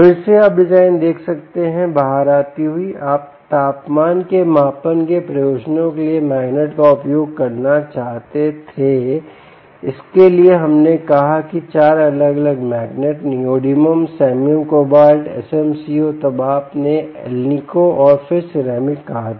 फिर से आप डिजाइन देख सकते हैं बाहर आती हुई आप तापमान के मापन के प्रयोजनों के लिए मैग्नेट का उपयोग करना चाहते थे इसके लिए हमने कहा कि चार अलग अलग magnet neodymium samarium cobalt Co तब आपने अलनीको और फिर सिरेमिक कहा था